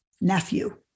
nephew